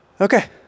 okay